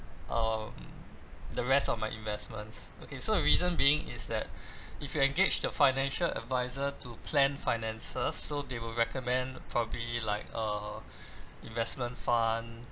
um the rest of my investments okay so the reason being is that if you engage the financial advisor to plan finances so they will recommend probably like err investment fund